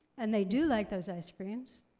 and they do like those ice creams,